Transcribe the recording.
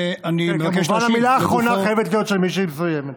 וכמובן המילה האחרונה חייבת להיות של מי שהפריעה.